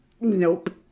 Nope